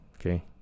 okay